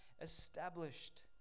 established